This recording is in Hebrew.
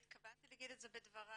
והתכוונתי לומר את זה בדבריי.